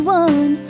one